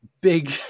big